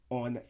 on